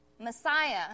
Messiah